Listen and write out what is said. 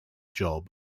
job